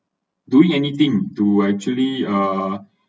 doing anything to actually uh